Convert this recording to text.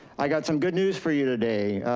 i got some good news for you today.